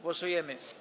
Głosujemy.